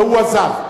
והוא עזב.